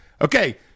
okay